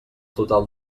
total